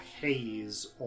haze